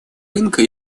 рынка